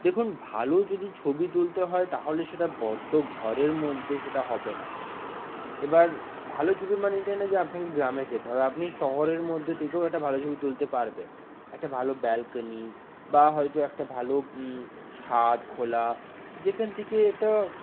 দেখুন ভালো যদি ছবি তুলতে হয় তাহলে সেটা বদ্ধ ঘরের মধ্যে সেটা হবে না এবার ভালো ছবি মানে এটা নয় যে আপনাকে গ্রামে যেতে হবে আপনি শহরের মধ্যে থেকেও একটা ভালো ছবি তুলতে পারবেন একটা ভালো ব্যালকনি বা হয়তো একটা ভালো ছাদ খোলা যেখান থেকে এটা